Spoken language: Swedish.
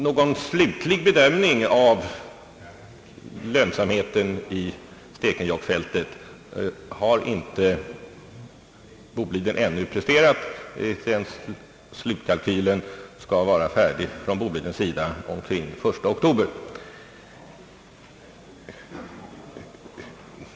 Någon slutlig bedömning av lönsamheten i Stekenjokkfältet har Boliden ännu inte presterat. Bolidens slutkalkyl skall vara färdig omkring den 1 oktober.